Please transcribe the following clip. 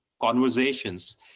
conversations